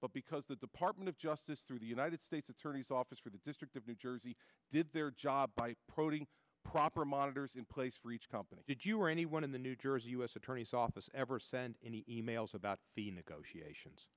but because the department of justice through the united states attorney's office for the district of new jersey did their job by prodi proper monitors in place for each company did you or anyone in the new jersey u s attorney's office ever send any e mails about the negotiations